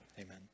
Amen